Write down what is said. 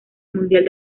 mundial